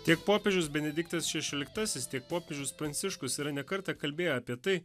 tiek popiežius benediktas šešioliktasis tiek popiežius pranciškus yra ne kartą kalbėję apie tai